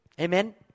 Amen